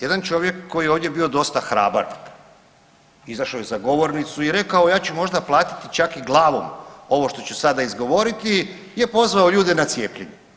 Jedan čovjek koji je ovdje bio dosta hrabar, izašao je za govornicu i rekao, ja ću možda platiti čak i glavom ovo što ću sada izgovoriti je pozvao ljude na cijepljenje.